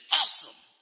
awesome